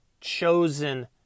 chosen